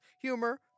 humor